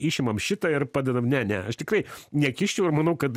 išimam šitą ir padedam ne ne aš tikrai nekiščiau ir manau kad